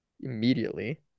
immediately